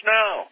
now